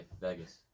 Vegas